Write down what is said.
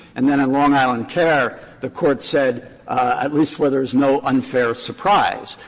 and then in long island care, the court said at least where there is no unfair surprise.